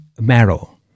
marrow